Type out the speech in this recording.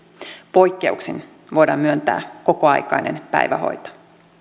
poikkeuksin voidaan myöntää kokoaikainen päivähoito